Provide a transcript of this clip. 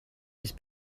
his